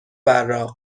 براق